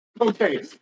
Okay